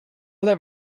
that